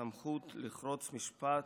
הסמכות לחרוץ משפט,